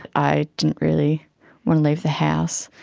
i didn't really want to leave the house.